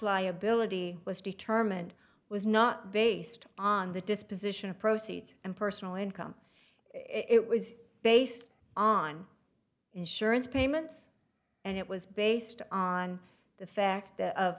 liability was determined was not based on the disposition of proceeds and personal income it was based on insurance payments and it was based on the fact that